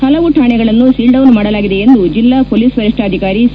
ಹಲವು ಠಾಣೆಗಳನ್ನು ಸೀಲ್ಡೌನ್ ಮಾಡಲಾಗಿದೆ ಎಂದು ಜಿಲ್ಲಾ ಪೊಲೀಸ್ ವರಿಷ್ಠಾಧಿಕಾರಿ ಸಿ